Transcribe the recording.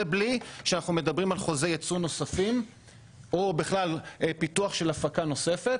זה בלי שאנחנו מדברים על חוזי יצוא נוספים או בכלל פיתוח של הפקה נוספת.